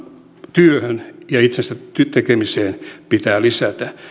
työhön ja itse sen työn tekemiseen pitää lisätä